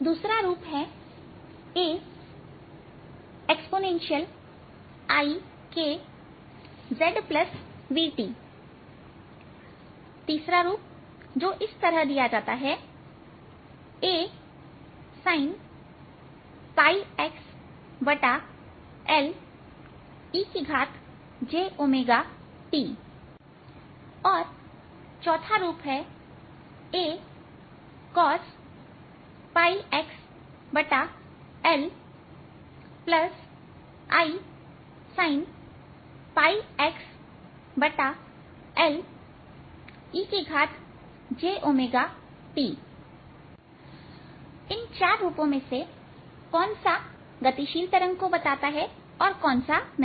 दूसरा रूप है A exp ikzvt तीसरा रूप जो कि इस तरह दिया जाता है Asin xLejωt और चौथा रूप है AcosπxLisinπxLejωt इन 4 रूपों में से कौन सा गतिशील तरंग को बताते हैं और कौन सा नहीं